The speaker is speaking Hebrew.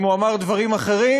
אם הוא אמר דברים אחרים,